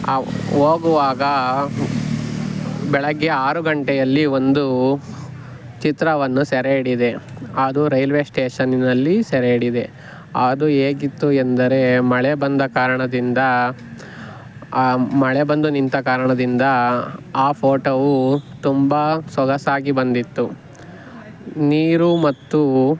ಆ ಹೋಗುವಾಗ ಬೆಳಿಗ್ಗೆ ಆರು ಗಂಟೆಯಲ್ಲಿ ಒಂದು ಚಿತ್ರವನ್ನು ಸೆರೆ ಹಿಡಿದೆ ಅದು ರೈಲ್ವೇ ಸ್ಟೇಷನ್ನಿನಲ್ಲಿ ಸೆರೆ ಹಿಡಿದೆ ಅದು ಹೇಗಿತ್ತು ಎಂದರೆ ಮಳೆ ಬಂದ ಕಾರಣದಿಂದ ಮಳೆ ಬಂದು ನಿಂತ ಕಾರಣದಿಂದ ಆ ಫೋಟೋವು ತುಂಬ ಸೊಗಸಾಗಿ ಬಂದಿತ್ತು ನೀರು ಮತ್ತು